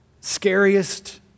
scariest